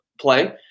play